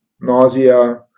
nausea